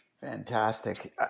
Fantastic